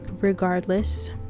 regardless